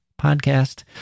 podcast